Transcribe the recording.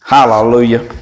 Hallelujah